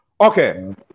Okay